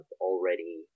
already